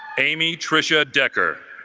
amy trisha decker